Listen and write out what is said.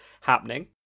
happening